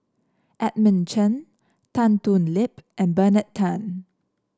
Edmund Chen Tan Thoon Lip and Bernard Tan